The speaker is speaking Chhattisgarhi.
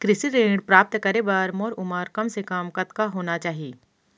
कृषि ऋण प्राप्त करे बर मोर उमर कम से कम कतका होना चाहि?